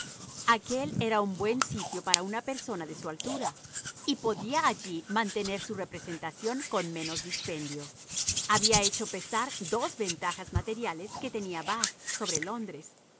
aquél era un buen sitio para una persona de su altura y podía allí mantener su representación con menos dispendio había hecho pesar dos ventajas materiales que tenía bath sobre londres